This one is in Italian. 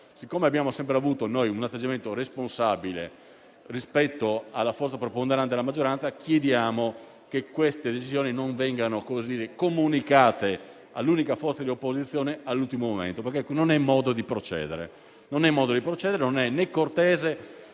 noi abbiamo sempre avuto un atteggiamento responsabile rispetto alla forza preponderante della maggioranza, chiediamo che queste decisioni non vengano comunicate all'unica forza di opposizione all'ultimo momento, perché non è un modo di procedere, non è né cortese,